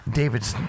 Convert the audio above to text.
david's